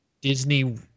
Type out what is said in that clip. Disney